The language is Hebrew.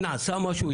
נעשה משהו?